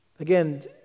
Again